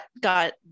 got